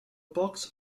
box